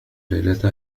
ليلة